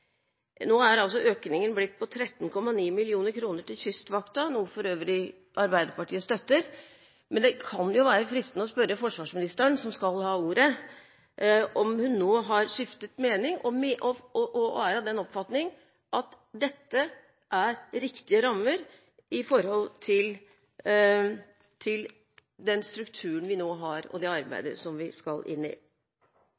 Nå er altså økningen blitt 13,9 mill. kr til Kystvakten, noe Arbeiderpartiet for øvrig støtter. Men det kan være fristende å spørre forsvarsministeren, som skal ha ordet: Har hun nå skiftet mening, og er av den oppfatning at dette er riktige rammer med tanke på den strukturen vi nå har og det